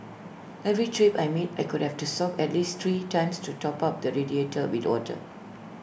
every trip I made I could have to stop at least three times to top up the radiator with water